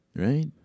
Right